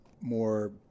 more